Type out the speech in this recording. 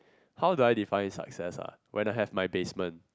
how do I define in success ah when I have my basement